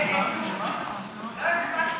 לא הצבעתי.